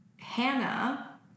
Hannah